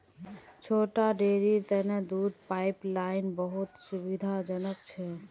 छोटा डेरीर तने दूध पाइपलाइन बहुत सुविधाजनक छ